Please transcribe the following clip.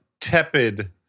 tepid